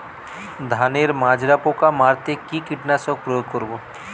ধানের মাজরা পোকা মারতে কি কীটনাশক প্রয়োগ করব?